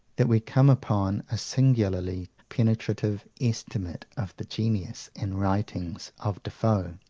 that we come upon a singularly penetrative estimate of the genius and writings of defoe.